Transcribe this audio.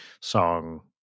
song